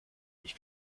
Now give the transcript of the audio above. ich